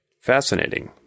Fascinating